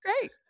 great